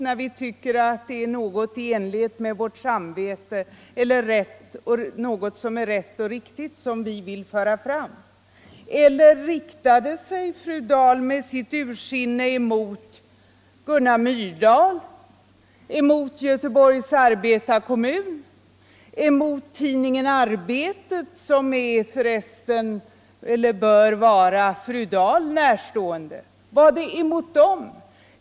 Skall vi inte föra fram de förslag som vi anser kan förbättra människors villkor? Eller vände sig fru Dahl med sitt ursinne mot Gunnar Myrdal, Ulla Lindström, Göteborgs Arbetarekommun eller tidningen Arbetet?